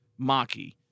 Maki